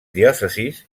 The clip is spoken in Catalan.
diòcesis